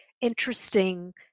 interesting